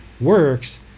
works